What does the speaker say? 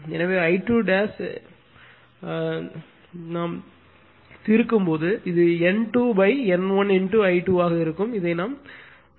எனவே I2 எண்ணைத் தீர்க்கும்போது இது N2 N1 I2 ஆக இருக்கும் இதை நாம் செய்வோம்